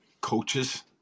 coaches